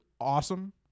awesome